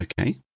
Okay